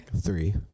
three